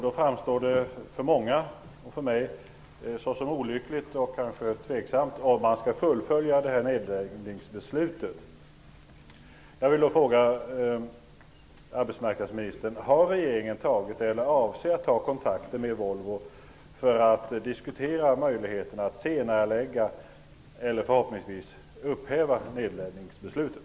Då framstår det för många, även för mig, såsom olyckligt och kanske tveksamt om man skall fullfölja nedläggningsbeslutet.